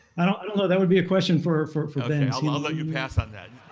i don't i don't know. that would be a question for for ben. and i'll ah let you pass on that.